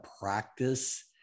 practice